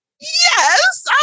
Yes